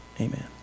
amen